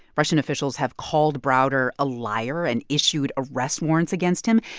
russian officials have called browder a liar and issued arrest warrants against him.